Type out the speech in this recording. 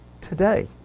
today